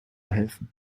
helfen